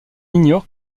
ignore